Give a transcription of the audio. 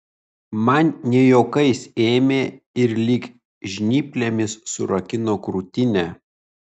man ne juokais ėmė ir lyg žnyplėmis surakino krūtinę